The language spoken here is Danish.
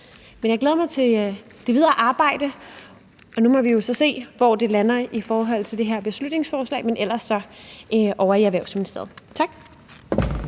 jeg glæder mig til det videre arbejde, og nu må vi jo så se, hvor det lander i forhold til det her beslutningsforslag, men ellers ser vi på det ovre